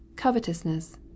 covetousness